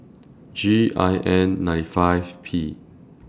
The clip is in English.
G I N nine five P